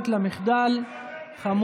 לא.